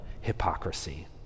hypocrisy